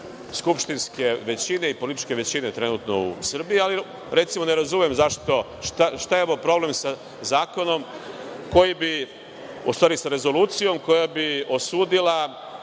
skupštinske većine i političke većine trenutno u Srbiji, ali, recimo, ne razumem šta je ovo problem sa zakonom koji bi, u stvari sa Rezolucijom koja bi osudila